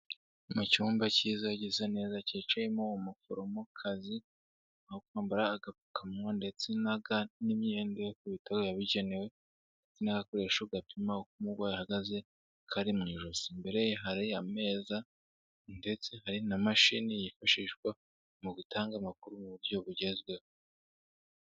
Mu cyumba cyiza gisa neza cyicayemo umuforomokazi, uri kwambara agapfukamunwa ndetse na ga n'imyenda yo ku bitaro yabigenewe n'akoresho gapima uko umurwayi ahagaze kari mu ijosi. Imbere ye hari ameza ndetse hari na mashini yifashishwa mu gutanga amakuru mu buryo bugezweho.